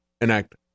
enact